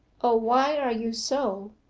o, why are you so?